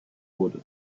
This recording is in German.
wurde